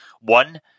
one